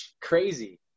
crazy